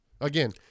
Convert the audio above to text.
Again